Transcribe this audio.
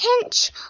pinch